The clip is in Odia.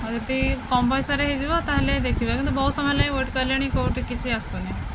ଆଉ ଯଦି କମ୍ ପଇସାରେ ହୋଇଯିବ ତା'ହେଲେ ଦେଖିବା କିନ୍ତୁ ବହୁତ ସମୟ ହେଲାଣି ୱେଟ୍ କଲିଣି କେଉଁଠି କିଛି ଆସୁନି